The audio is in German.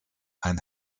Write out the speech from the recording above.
ein